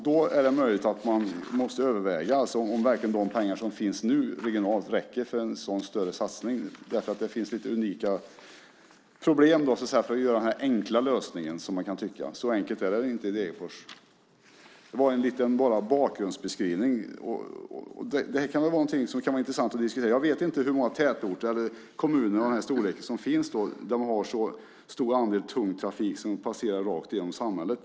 Det är möjligt att man måste överväga om de regionala pengar som nu finns verkligen räcker för en sådan större satsning. Det finns en del unika problem när det gäller att hitta den enkla lösning som man tycker ska finnas. Det är inte så enkelt i Degerfors. Detta var en liten bakgrundsbeskrivning. Det kan vara intressant att diskutera frågan. Jag vet inte hur många tätorter eller kommuner av Degerfors storlek det finns där en så pass stor andel tung trafik passerar rakt genom samhället.